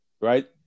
right